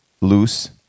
loose